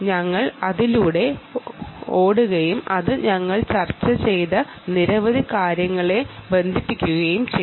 ഞങ്ങൾ അത് വായിക്കുകയും ചർച്ച ചെയ്യുകയും അതിൽ നിന്ന് നിരവധി കാര്യങ്ങൾ ബന്ധിപ്പിക്കാൻ കഴിയുകയും ചെയ്തു